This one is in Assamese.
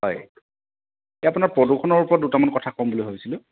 হয় এই আপোনাৰ প্ৰদূষণৰ ওপৰত দুটামান কথা ক'ম বুলি ভাবিছিলোঁ